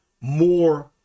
more